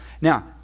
Now